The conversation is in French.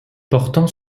portant